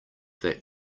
that